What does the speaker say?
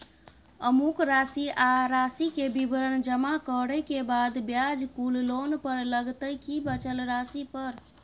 अमुक राशि आ राशि के विवरण जमा करै के बाद ब्याज कुल लोन पर लगतै की बचल राशि पर?